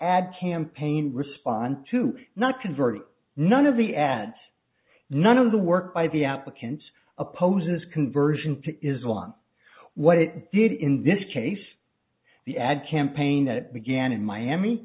ad campaign respond to not convert none of the ads none of the work by the applicants opposes conversion to islam what it did in this case the ad campaign that began in miami